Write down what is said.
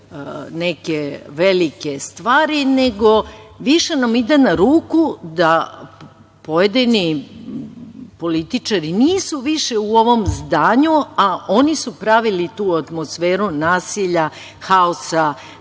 neke velike stvari, nego nam više ide na ruku da pojedini političari nisu više u ovom zdanju, a oni su pravili tu atmosferu nasilja, haosa,